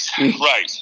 right